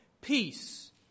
Peace